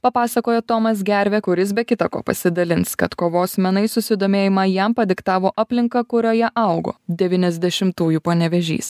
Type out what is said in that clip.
papasakojo tomas gervė kuris be kita ko pasidalins kad kovos menais susidomėjimą jam padiktavo aplinka kurioje augo devyniasdešimtųjų panevėžys